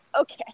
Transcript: Okay